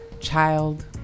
child